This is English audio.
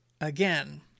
again